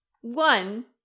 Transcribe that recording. one